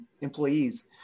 employees